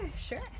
sure